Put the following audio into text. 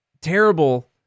terrible